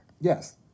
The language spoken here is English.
Yes